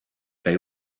they